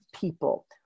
people